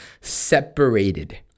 separated